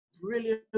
brilliant